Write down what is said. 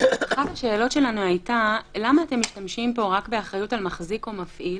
אחת השאלות שלנו היתה למה אתם משתמשים פה רק באחריות על מחזיק או מפעיל,